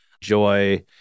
joy